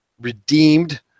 redeemed